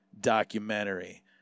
documentary